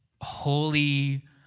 holy